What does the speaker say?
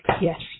Yes